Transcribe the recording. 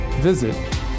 Visit